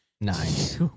Nice